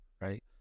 right